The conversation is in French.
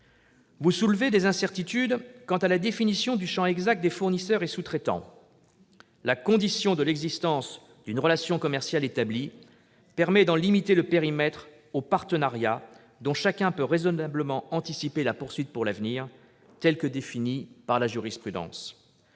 du doigt des incertitudes s'agissant de la définition du champ exact des fournisseurs et sous-traitants. La condition de l'existence d'une « relation commerciale établie » permet de limiter le périmètre aux « partenariats dont chacun peut raisonnablement anticiper la poursuite pour l'avenir », tels que définis par la jurisprudence.